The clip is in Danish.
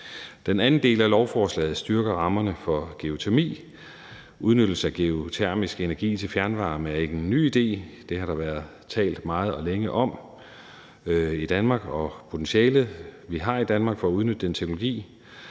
Den anden del af lovforslaget styrker rammerne for geotermi. Udnyttelsen af geotermisk energi til fjernvarme er ikke en ny idé. Der har været talt meget og længe i Danmark om potentialet, vi har i Danmark, for at udnytte den teknologi.